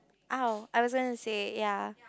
!ow! I was gonna say ya